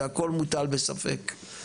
והכל מוטל בספק.